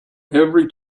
every